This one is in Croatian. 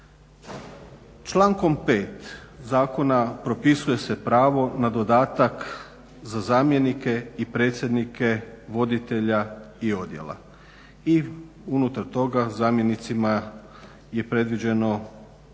Člankom 5. zakona propisuje se pravo na dodatak za zamjenike i predsjednike voditelja i odjela i unutar toga zamjenicima je predviđeno